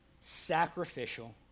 sacrificial